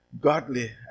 godly